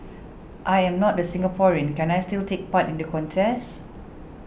I am not a Singaporean can I still take part in the contest